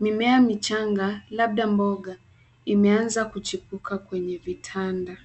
Mimea michanga labda mboga imeanza kuchipuka kwenye vitanda.